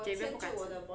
javier 不敢吃